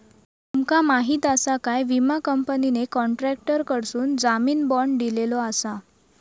तुमका माहीत आसा काय, विमा कंपनीने कॉन्ट्रॅक्टरकडसून जामीन बाँड दिलेलो आसा